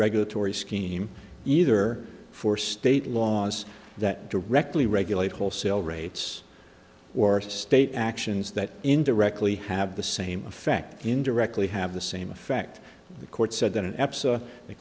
regulatory scheme either for state laws that directly regulate wholesale rates or state actions that indirectly have the same effect indirectly have the same effect on the court said th